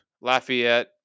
Lafayette